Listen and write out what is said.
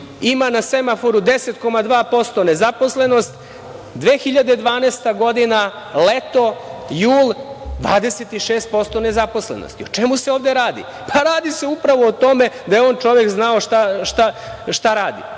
ima na semaforu 10,2% nezaposlenost, 2012. godina, leto, jul, 26% nezaposlenosti. O čemu se ovde radi? Radi se upravo o tome da je on čovek znao šta radi,